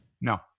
No